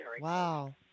Wow